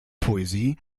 poesie